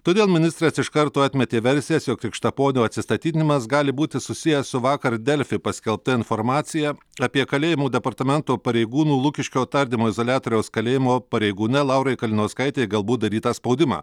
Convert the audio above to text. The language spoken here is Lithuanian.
todėl ministras iš karto atmetė versijas jog krikštaponio atsistatydinimas gali būti susijęs su vakar delfi paskelbta informacija apie kalėjimų departamento pareigūnų lukiškio tardymo izoliatoriaus kalėjimo pareigūne laurai kalinauskaitei galbūt darytą spaudimą